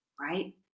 right